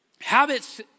habits